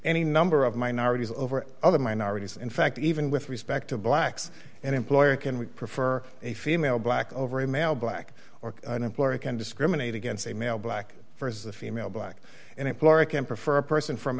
any number of minorities over other minorities in fact even with respect to blacks and employer can we prefer a female black over a male black or an employee can discriminate against a male black versus the female black and it clark and prefer a person from